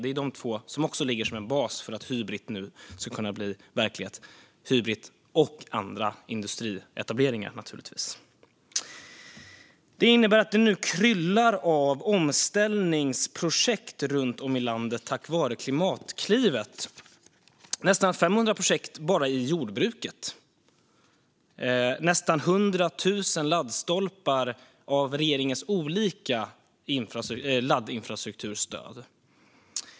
Det är dessa två reformer som också ligger som en bas för att Hybrit och andra industrietableringar nu ska kunna bli verklighet. Det innebär att det nu kryllar av omställningsprojekt runt om i landet tack vare Klimatklivet. Det är nästan 500 projekt bara i jordbruket och nästan 100 000 laddstolpar till följd av regeringens olika laddinfrastrukturstöd.